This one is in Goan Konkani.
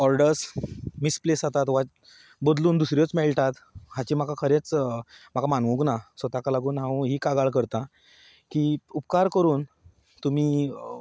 ऑर्डर्स मिसप्लेस जातात वा बदलून दुसऱ्योच मेळटात हाचें म्हाका खरेंच म्हाका मानवूंक ना सो ताका लागून हांव ही कागाळ करतां की उपकार करून तुमी